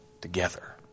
together